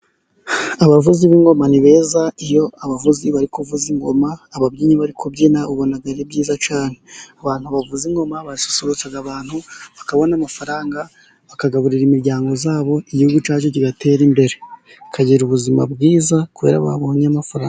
Abavuzi b'ingoma ni beza, iyo abavuzi bari kuvuza ingoma ababyinnyi bari kubyina, ubona ari byiza cyane. Abantu bavuza ingoma basusurutsa abantu, bakabona amafaranga bakagaburira imiryango yabo, igihugu cyacu kigatera imbere. Bakagira ubuzima bwiza kubera babonye amafaranga.